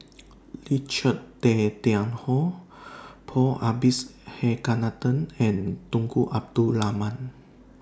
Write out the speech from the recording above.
Richard Tay Tian Hoe Paul Abisheganaden and Tunku Abdul Rahman